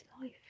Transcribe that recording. life